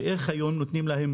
ואיך היום נותנים להם